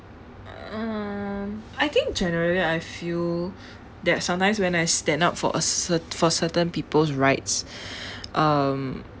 um I think generally I feel that sometimes when I stand up for a cer~ for certain people's rights um